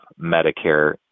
Medicare